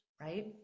Right